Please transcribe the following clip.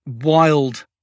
wild